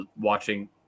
watching